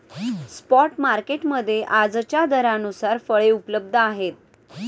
spot market मध्ये आजच्या दरानुसार फळे उपलब्ध आहेत